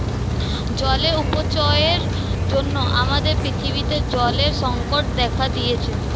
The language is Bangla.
জলের অপচয়ের জন্য আমাদের পৃথিবীতে জলের সংকট দেখা দিয়েছে